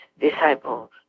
disciples